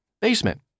Basement